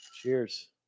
cheers